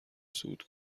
صعود